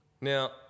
Now